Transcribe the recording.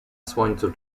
słońcu